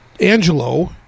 Angelo